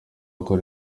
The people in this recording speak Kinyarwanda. gukora